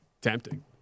Tempting